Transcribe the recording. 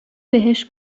بهش